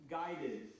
guided